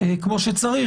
כמו שצריך,